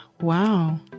Wow